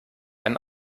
einen